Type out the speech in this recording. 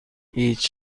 هیچ